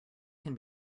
can